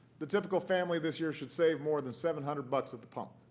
the typical family this year should save more than seven hundred bucks at the pump.